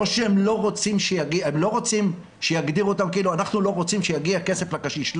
הם לא רוצים שלא יגיע כסף לקשיש,